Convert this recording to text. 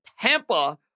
Tampa